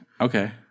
Okay